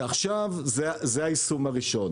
עכשיו זה היישום הראשון.